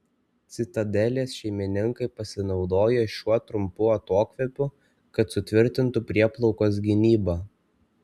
citadelės šeimininkai pasinaudojo šiuo trumpu atokvėpiu kad sutvirtintų prieplaukos gynybą